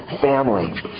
family